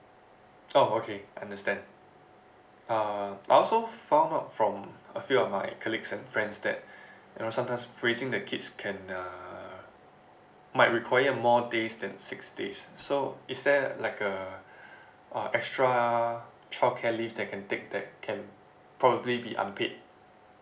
oh okay I understand uh but I also found out from a few of my colleagues and friends that you know sometimes placing the kids can uh might require more days than six days so is there like a uh extra childcare leave that can take that can probably be unpaid